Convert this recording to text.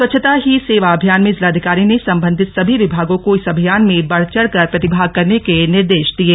स्वच्छता ही सेवा अभियान में जिलाधिकारी ने सम्बन्धित सभी विभागों को इस अभियान में बढ़चढ़ कर प्रतिभाग करने के निर्देश दिये